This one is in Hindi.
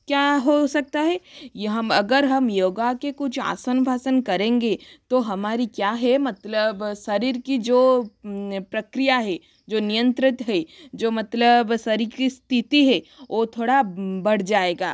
क्या हो सकता है या हम अगर हम योगा के कुछ आसन बासन करेंगे तो हमारी क्या है मतलब शरीर की जो प्रक्रिया है जो नियंत्रित है जो मतलब शारीरिक स्थिति है ओ थोड़ा बढ़ जाएगा